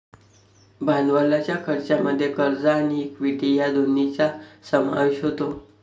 भांडवलाच्या खर्चामध्ये कर्ज आणि इक्विटी या दोन्हींचा समावेश होतो